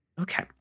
Okay